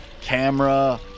camera